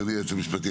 אדוני היועץ המשפטי,